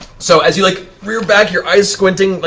so as you like rear back, your eyes squinting, ah